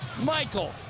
Michael